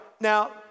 Now